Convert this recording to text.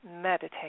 Meditate